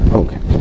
okay